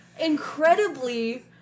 incredibly